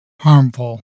harmful